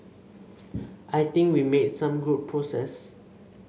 I think we made some good progress